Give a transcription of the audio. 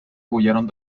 huyeron